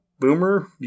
Boomer